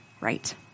right